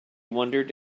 wondered